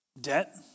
Debt